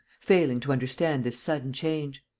failing to understand this sudden change.